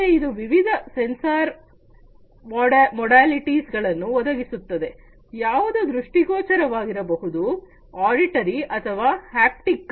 ಮತ್ತೆ ಇದು ವಿವಿಧ ಸೆನ್ಸಾರ್ ಮೊಡಲಿಟೀಸ್ ಗಳನ್ನು ಒದಗಿಸುತ್ತದೆ ಯಾವುದು ದೃಷ್ಟಿಗೋಚರ ವಾಗಿರಬಹುದು ಆಡಿಟರಿ ಅಥವಾ ಹ್ಯಾಪ್ಟಿಕ್